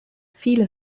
viele